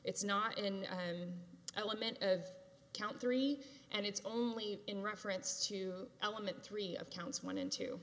it's not in an element of count three and it's only in reference to element three accounts went into